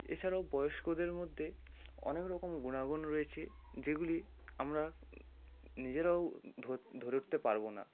এছাড়াও বয়স্কদের মধ্যে অনেক রকম গুণাগুণ রয়েছে যেগুলি আমরা নিজেরাও ধরে উঠতে পারবো না